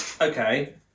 Okay